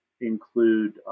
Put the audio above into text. include